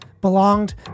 belonged